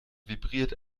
vibriert